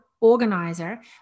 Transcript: organizer